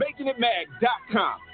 makingitmag.com